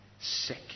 sick